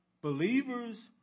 Believers